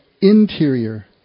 interior